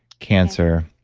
cancer,